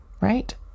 right